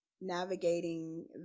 navigating